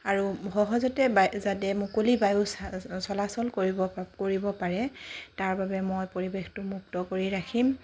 আৰু সহজতে বা যাতে মুকলি বায়ু চলাচল কৰিব পা কৰিব পাৰে তাৰবাবে মই পৰিৱেশটো মুক্ত কৰি ৰাখিম